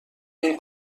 این